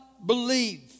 Believe